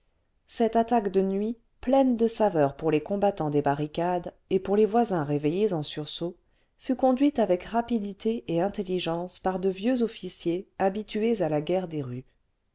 cette attaque de nuit pleine de saveur pour les combattants des barricades et pour les voisins réveillés en sursaut fut conduite avec rapidité et intelligence par de vieux officiers habitués à la guerre des rues